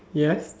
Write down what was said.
yes